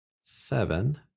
seven